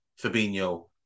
Fabinho